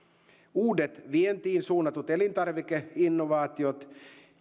uudet vientiin suunnatut elintarvikeinnovaatiot